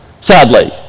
sadly